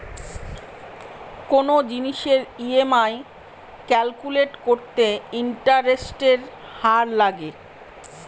কোনো জিনিসের EMI calculate করতে ইন্টারেস্টের হার লাগে